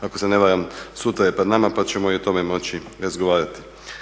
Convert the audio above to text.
ako se ne varam sutra je pred nama pa ćemo i o tome moći razgovarati.